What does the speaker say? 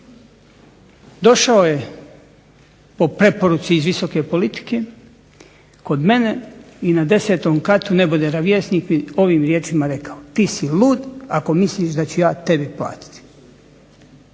došao je po preporuci iz visoke politike kod mene i na 10. katu nebodera Vjesnik mi ovim riječima rekao: "TI si lud ako misliš da ću ja tebi platiti".